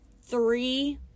three